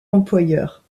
employeur